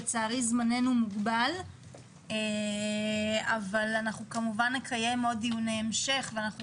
לצערי זמננו מוגבל אבל אנחנו כמובן נקיים עוד דיוני המשך ואנחנו